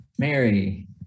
Mary